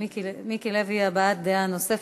מיקי לוי, הבעת דעה נוספת.